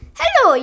hello